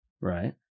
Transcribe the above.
Right